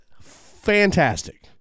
Fantastic